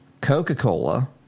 Coca-Cola